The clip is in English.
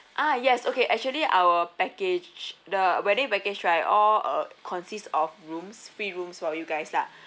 ah yes okay actually our package the wedding package right all uh consists of rooms free rooms for you guys lah